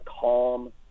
calm